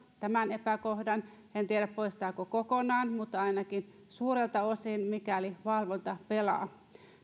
tämän epäkohdan en tiedä poistaako kokonaan mutta ainakin suurelta osin mikäli valvonta pelaa